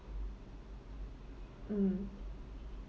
mm